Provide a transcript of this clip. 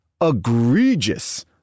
egregious